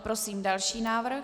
Prosím další návrh.